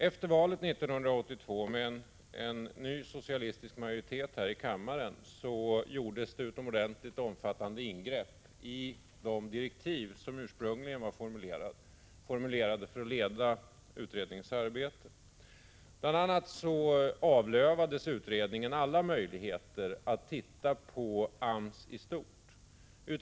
Efter valet 1982, med en ny, socialistisk majoritet här i kammaren, gjordes det utomordentligt omfattande ingrepp i utredningens ursprungligen formulerade direktiv. Bl.a. avlövades utredningen alla möjligheter att studera AMS i stort.